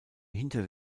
hinter